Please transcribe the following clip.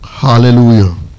hallelujah